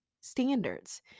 standards